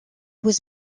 was